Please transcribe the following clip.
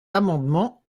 amendement